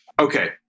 Okay